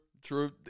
True